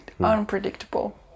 unpredictable